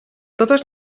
totes